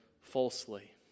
falsely